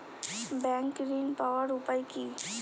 Bank ঋণ পাওয়ার উপায় কি?